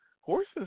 horses